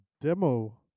demo